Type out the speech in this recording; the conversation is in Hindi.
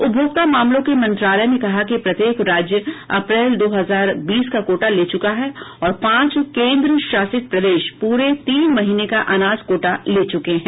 उपभोक्ता मामलों के मंत्रालय ने कहा कि प्रत्येक राज्य अप्रैल दो हजार बीस का कोटा ले चुका है और पांच केन्द्रशासित प्रदेश प्ररे तीन महीने का अनाज कोटा ले चुके हैं